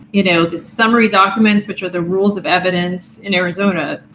you know the summary documents, which are the rules of evidence, in arizona,